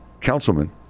councilman